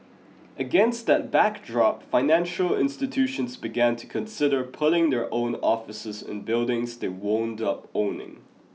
against that backdrop financial institutions began to consider putting their own offices in buildings they wound up owning